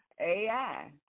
AI